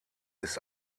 ist